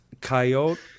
Coyote